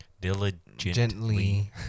diligently